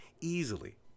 easily